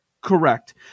Correct